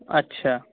আচ্ছা